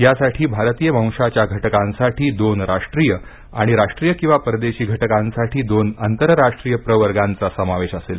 यासाठी भारतीय वंशाच्या घटकांसाठी दोन राष्ट्रीयआणि राष्ट्रीय किंवा परदेशी घटकांसाठीदोन आंतरराष्ट्रीय प्रवर्गांचा समावेश असेल